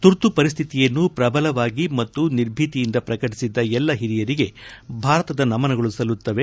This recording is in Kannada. ತುರ್ತು ಪರಿಸ್ಲಿತಿಯನ್ನು ಪ್ರಬಲವಾಗಿ ಮತ್ತು ನಿರ್ಭೀತಿಯಿಂದ ಪ್ರತಿಭಟಿಸಿದ್ದ ಎಲ್ಲಾ ಹಿರಿಯರಿಗೆ ಭಾರತದ ನಮನಗಳು ಸಲ್ಲುತ್ತವೆ